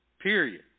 period